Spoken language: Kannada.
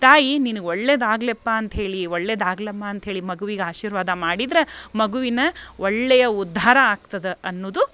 ತಾಯಿ ನಿನಗೆ ಒಳ್ಳೇದಾಗ್ಲಪ್ಪ ಅಂತ ಹೇಳಿ ಒಳ್ಳೆದು ಆಗ್ಲಮ್ಮ ಅಂತ್ಹೇಳಿ ಮಗುವಿಗೆ ಆಶೀರ್ವಾದ ಮಾಡಿದ್ರೆ ಮಗುವಿನ ಒಳ್ಳೆಯ ಉಧ್ಧಾರ ಆಗ್ತದ ಅನ್ನೋದು